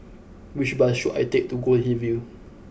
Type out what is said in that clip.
which bus should I take to Goldhill View